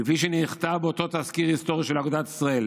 כפי שנכתב באותו תזכיר היסטורי של אגודת ישראל,